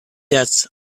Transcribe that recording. herz